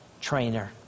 trainer